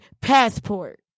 passport